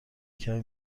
کمی